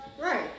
Right